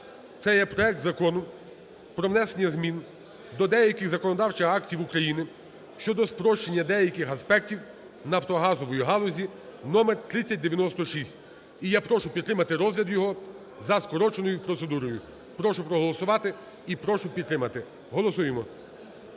Це є проект Закону про внесення змін до деяких законодавчих актів України щодо спрощення деяких аспектів нафтогазової галузі (№ 3096). І я прошу підтримати розгляд його за скороченою процедурою. Прошу проголосувати і прошу підтримати. Голосуємо.